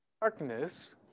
darkness